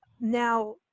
Now